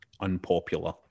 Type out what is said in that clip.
unpopular